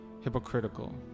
hypocritical